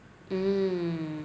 mm